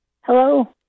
Hello